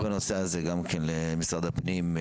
אני אפנה בנושא הזה למשרד הפנים.